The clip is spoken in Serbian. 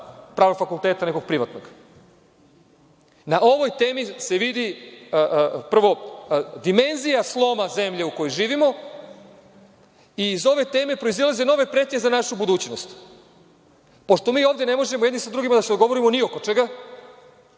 pravnog fakulteta, nego privatnog. Na ovoj temi se vidi prvo dimenzija slova zemlje u kojoj živimo i iz ove teme proizilaze nove pretnje za našu budućnost. Pošto mi ovde ne možemo jedni sa drugima da se dogovorimo ni oko čega,